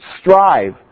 strive